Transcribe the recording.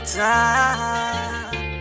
time